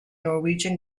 norwegian